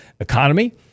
economy